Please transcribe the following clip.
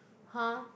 [huh]